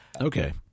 Okay